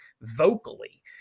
vocally